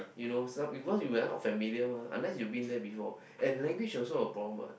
you know some cause we are not familiar mah unless you've been there before and language is also a problem what